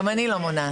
גם אני לא מונעת.